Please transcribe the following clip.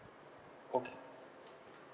okay